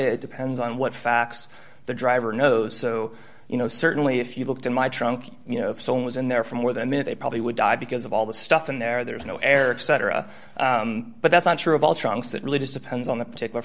it depends on what facts the driver knows so you know certainly if you looked in my trunk you know so it was in there for more than they probably would die because of all the stuff in there there's no eric cetera but that's not true of all trunks that really does depends on the particular